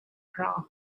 cloud